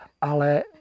Ale